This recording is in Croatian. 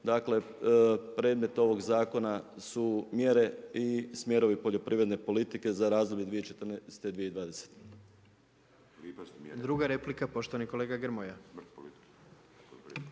dakle predmet ovog zakona su mjere i smjerovi poljoprivredne politike za razdoblje 2014-2020. **Jandroković, Gordan (HDZ)** Druga replika, poštovani kolega Grmoja.